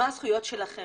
מה הזכויות שלכם,